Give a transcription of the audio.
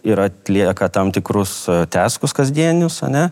ir atlieka tam tikrus testus kasdieninius ane